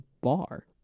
bar